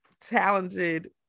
talented